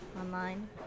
online